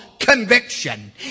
Conviction